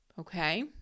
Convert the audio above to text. Okay